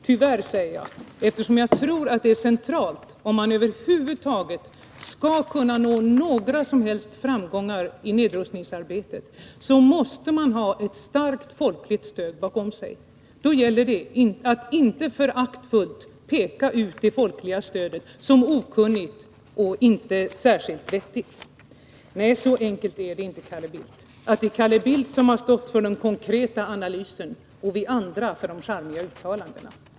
Jag säger ”tyvärr” eftersom jag tror att det är centralt Måndagen den —- om vi över huvud taget skall kunna nå några som helst framgångar i 22 november 1982 nedrustningsarbetet — att ha ett starkt folkligt stöd bakom sig. Då gäller det att inte föraktfullt peka ut det folkliga stödet som okunnigt och inte särskilt vettigt. Så enkelt är det inte, Carl Bildt, att det är Carl Bildt som har stått för den konkreta analysen och vi andra för de charmiga uttalandena.